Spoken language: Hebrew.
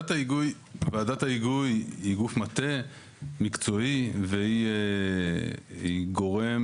ועדת ההיגוי היא גוף מטה מקצועי והיא גורם